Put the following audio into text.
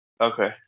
okay